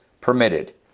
permitted